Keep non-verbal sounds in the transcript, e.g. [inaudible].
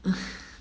uh [breath]